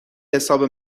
حساب